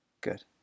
Good